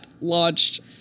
launched